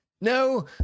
No